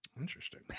Interesting